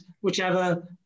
whichever